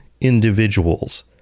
individuals